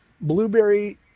blueberry